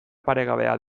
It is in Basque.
paregabea